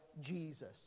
Jesus